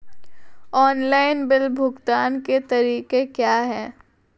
Online bill भुगतान के तरीके क्या हैं?